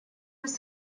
was